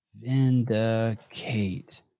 Vindicate